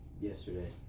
yesterday